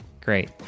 great